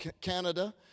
Canada